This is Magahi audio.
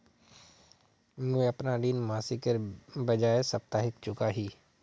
मुईअपना ऋण मासिकेर बजाय साप्ताहिक चुका ही